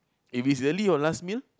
if its really your last meal